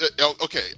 okay